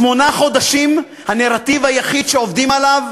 שמונה חודשים הנרטיב היחיד שעובדים עליו,